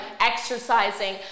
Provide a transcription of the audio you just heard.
exercising